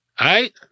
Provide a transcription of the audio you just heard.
right